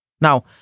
Now